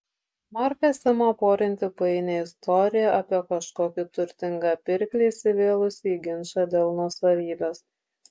markas ima porinti painią istoriją apie kažkokį turtingą pirklį įsivėlusį į ginčą dėl nuosavybės